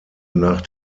nach